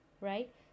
right